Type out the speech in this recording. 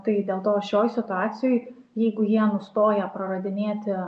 tai dėl to šioj situacijoj jeigu jie nustoja praradinėti